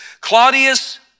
Claudius